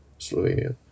Slovenia